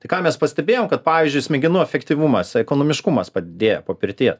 tai ką mes pastebėjom kad pavyzdžiui smegenų efektyvumas ekonomiškumas padidėja po pirtie